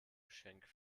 geschenk